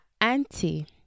auntie